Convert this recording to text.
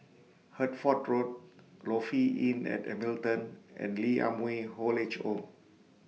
Hertford Road Lofi Inn At Hamilton and Lee Ah Mooi Old Age Home